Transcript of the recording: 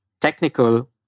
technical